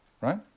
right